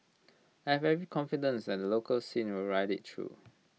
I have every confidence that the local scene will ride IT through